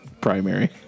primary